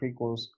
prequels